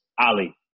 Ali